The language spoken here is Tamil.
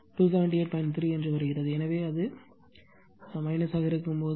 And reactive power absorbed line is 278